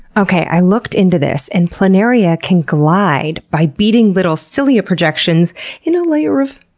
okay, i looked into this, and planaria can glide by beating little cilia projections in a layer of.